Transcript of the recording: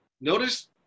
notice